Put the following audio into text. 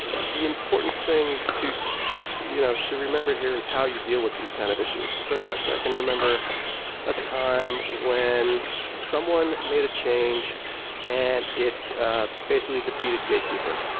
the important thing to you know to remember here is how you deal with these kind of issues. so yes, i can remember a time when someone made a change and it ah basically defeated gatekeeper.